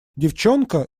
девчонка